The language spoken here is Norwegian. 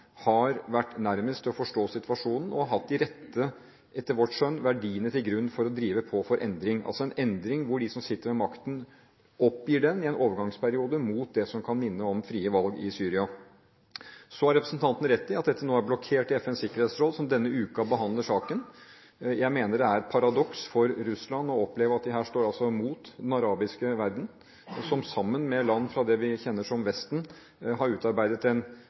har vært nærmest til å forstå situasjonen og hatt de rette – etter vårt skjønn – verdiene som grunnlag for å drive på for en endring, altså en endring hvor de som sitter ved makten, oppgir den i en overgangsperiode mot det som kan minne om frie valg i Syria. Så har representanten rett i at dette nå er blokkert i FNs sikkerhetsråd som denne uken behandler saken. Jeg mener det er et paradoks for Russland å oppleve at de altså her står mot den arabiske verden, som sammen med land fra det vi kjenner som Vesten, har utarbeidet en